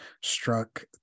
struck